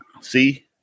See